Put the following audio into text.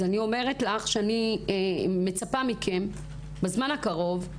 אז אני מצפה מכם בזמן הקרוב,